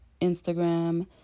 Instagram